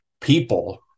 people